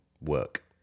work